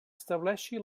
estableixi